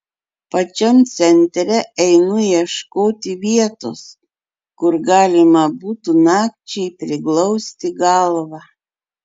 pačiam centre einu ieškoti vietos kur galima būtų nakčiai priglausti galvą